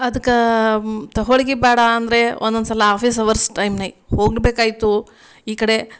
ಅದ್ಕೆ ತ ಹೋಳ್ಗೆ ಬೇಡ ಅಂದರೆ ಒಂದೊಂದ್ಸಲ ಆಫೀಸ್ ಅವರ್ಸ್ ಟೈಮ್ನಾಗೆ ಹೋಗಬೇಕಾಯ್ತು ಈ ಕಡೆ